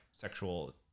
sexual